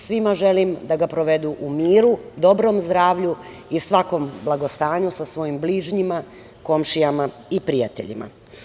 Svima želim da ga provedu u miru, dobrom zdravlju i svakog blagostanju sa svojim bližnjima, komšijama i prijateljima.